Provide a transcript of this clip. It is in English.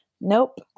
nope